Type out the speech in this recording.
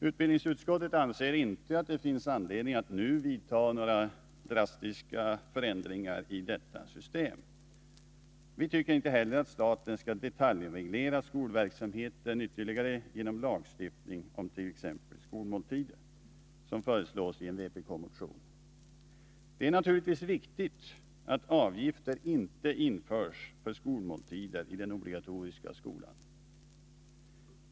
Utbildningsutskottet anser inte att det finns anledning att nu vidta några drastiska ändringar i detta system. Vi tycker inte heller att staten skall detaljreglera skolverksamheten ytterligare genom lagstiftning om t.ex. skolmåltider, vilket föreslås i en vpk-motion. Det är naturligtvis viktigt att avgifter inte införs för skolmåltider i den obligatoriska skolan.